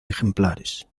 ejemplares